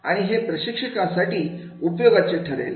आणि हे प्रशिक्षकांसाठी उपयोगाचे ठरेल